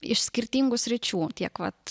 iš skirtingų sričių tiek vat